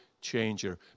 changer